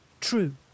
True